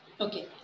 Okay